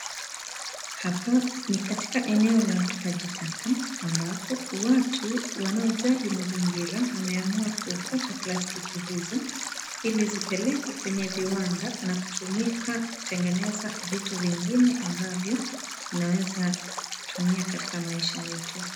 Hapa ni katika eneo la utupaji taka ambapo watu wanaojali mazingira wameamua kuokota plastiki hizi ili zipelekwe kwenye viwanda na kutumika kutengeneza vitu vingine ambavyo vinaweza kutumia katika maisha yetu.